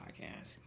podcast